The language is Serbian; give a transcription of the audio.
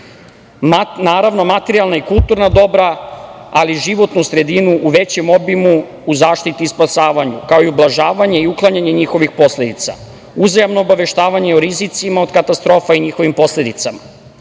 Naravno, materijalna i kulturna dobra, ali životnu sredinu u većem obimu u zaštiti i spasavanju, kao i ublažavanje i uklanjanje njihovih posledica, uzajamno obaveštavanje o rizicima od katastrofa i njihovim posledicama.